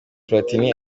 platini